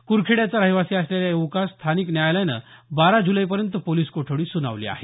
क्रखेड्याचा रहिवासी असलेल्या या युवकास स्थानिक न्यायालयानं बारा जुलैपर्यंत पोलिस कोठडी सुनावली आहे